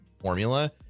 formula